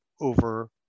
over